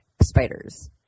Spiders